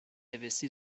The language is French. investi